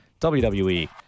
WWE